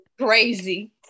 Crazy